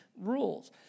rules